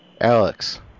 Alex